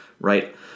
right